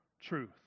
truth